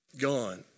gone